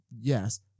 yes